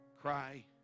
cry